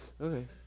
okay